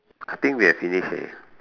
I think we have finished